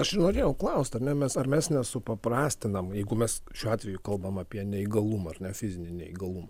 aš norėjau klaust tame mes ar mes nesupaprastinam jeigu mes šiuo atveju kalbam apie neįgalumą ar ne fizinį neįgalumą